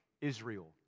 Israel